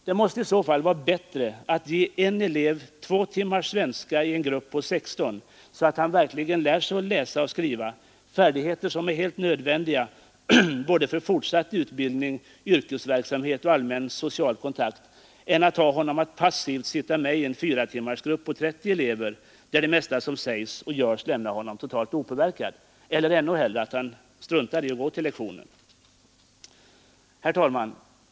Det måste i så fall vare bättre att ge en elev två timmar svenska i en grupp på 16 elever, så att han verkligen lär sig läsa och skriva — färdigheter som är helt nödvändiga för fortsatt utbildning, för yrkesverksamhet och för allmän social kontakt — än att han passivt sitter med i en fyratimmarsgrupp på 30 elever, där det mesta Nr 127 som sägs och görs lämnar honom totalt opåverkad — ja, han kanske 29 november 1972 Herr talman!